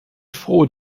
froh